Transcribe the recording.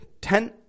ten